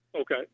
Okay